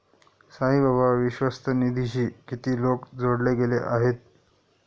साईबाबा विश्वस्त निधीशी किती लोक जोडले गेले आहेत?